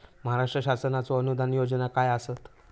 महाराष्ट्र शासनाचो अनुदान योजना काय आसत?